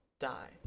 die